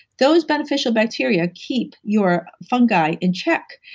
those beneficial bacteria keep your fungi in check.